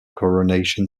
coronation